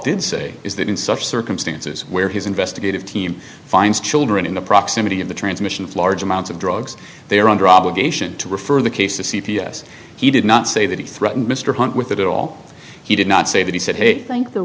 did say is that in such circumstances where his investigative team finds children in the proximity of the transmission of large amounts of drugs they are under obligation to refer the case to c p s he did not say that he threatened mr hunt with that at all he did not say that he said hey thank the